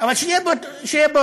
אבל שיהיה ברור,